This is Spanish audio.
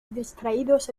distraídos